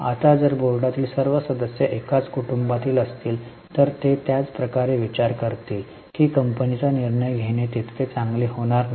आता जर बोर्डातील सर्व सदस्य एकाच कुटुंबातील असतील तर ते त्याच प्रकारे विचार करतील की कंपनीचा निर्णय घेणे तितके चांगले होणार नाही